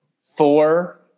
four –